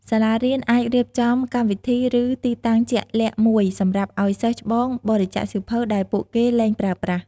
សាលារៀនអាចរៀបចំកម្មវិធី ឬទីតាំងជាក់លាក់មួយសម្រាប់ឱ្យសិស្សច្បងបរិច្ចាគសៀវភៅដែលពួកគេលែងប្រើប្រាស់។